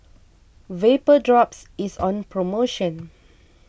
Vapodrops is on promotion